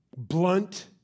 Blunt